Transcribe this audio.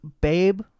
babe